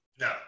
No